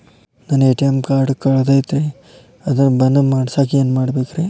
ನನ್ನ ATM card ಕಳದೈತ್ರಿ ಅದನ್ನ ಬಂದ್ ಮಾಡಸಾಕ್ ಏನ್ ಮಾಡ್ಬೇಕ್ರಿ?